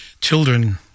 children